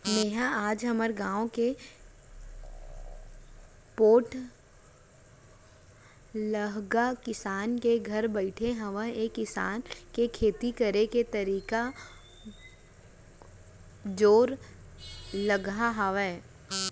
मेंहा आज हमर गाँव के पोठलगहा किसान के घर बइठे हँव ऐ किसान के खेती करे के तरीका जोरलगहा हावय